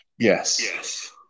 Yes